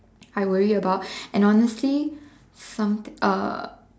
I worry about and honestly some uh